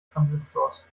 transistors